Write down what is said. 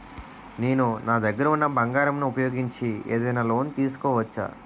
నేను నా దగ్గర ఉన్న బంగారం ను ఉపయోగించి ఏదైనా లోన్ తీసుకోవచ్చా?